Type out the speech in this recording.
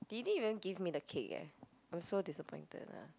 they didn't even give me the cake eh I'm so disappointed lah